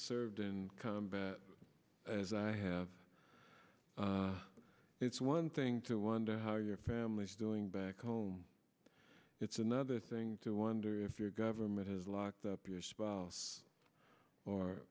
served in combat as i have it's one thing to wonder how your family is doing back home it's another thing to wonder if your government has locked up your spouse or